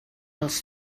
els